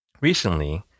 Recently